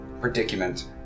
predicament